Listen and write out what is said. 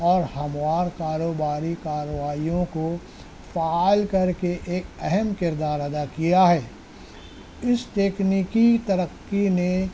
اور ہموار کاروباری کاروائیوں کو فعال کر کے ایک اہم کردار ادا کیا ہے اس تکنیکی ترقی نے